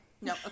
No